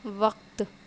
وقت